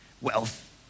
wealth